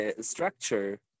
structure